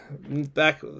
back